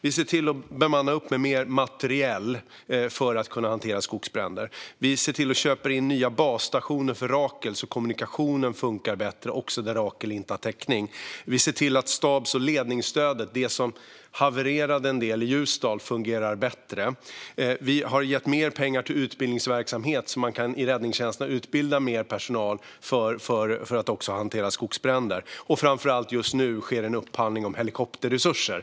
Vi ser till att utrusta räddningstjänsten med mer materiel för att kunna hantera skogsbränder. Vi köper in nya basstationer för Rakel så att kommunikationen funkar bättre, även där Rakel inte har täckning. Vi ser till att stabs och ledningsstödet, som till viss del havererade i Ljusdal, fungerar bättre. Vi har gett mer pengar till utbildningsverksamhet så att man i räddningstjänsterna kan utbilda mer personal för att hantera skogsbränder. Och framför allt sker just nu en upphandling gällande helikopterresurser.